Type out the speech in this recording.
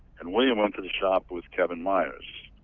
and william went to the shop with kevin myers.